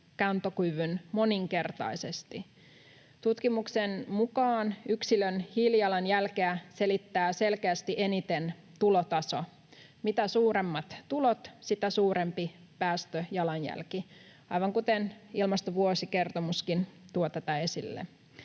kantokyvyn moninkertaisesti. Tutkimuksen mukaan yksilön hiilijalanjälkeä selittää selkeästi eniten tulotaso: mitä suuremmat tulot, sitä suurempi päästöjalanjälki — aivan kuten ilmastovuosikertomuskin tuo tätä esille.